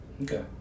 Okay